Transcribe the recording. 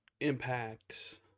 Impact